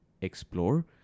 explore